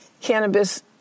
cannabis